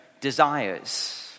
desires